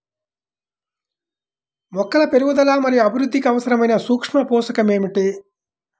మొక్కల పెరుగుదల మరియు అభివృద్ధికి అవసరమైన సూక్ష్మ పోషకం ఏమిటి?